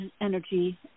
energy